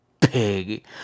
pig